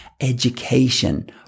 education